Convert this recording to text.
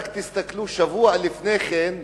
רק תסתכלו שבוע לפני כן,